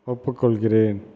ஒப்புக்கொள்கிறேன்